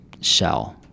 shell